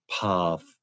path